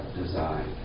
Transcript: design